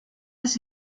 las